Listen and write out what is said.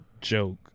joke